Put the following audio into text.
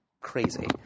crazy